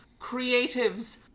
creatives